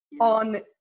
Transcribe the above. on